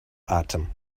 atem